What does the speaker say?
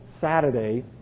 Saturday